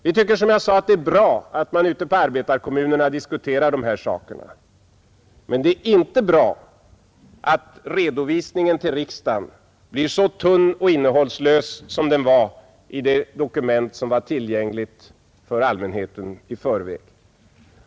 Vi tycker, som jag sade, att det är bra att man i arbetarkommunerna diskuterar dessa saker, men det är inte bra att redovisningen till riksdagen blir så tunn och innehållslös som den var i det dokument som var tillgängligt i förväg.